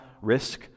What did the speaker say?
risk